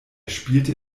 spielte